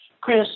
Chris